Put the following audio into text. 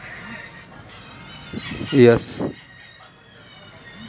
भारतीय state bank ने अक्टूबर दो हजार चौदह में ऑनलाइन पासबुक लॉन्च की थी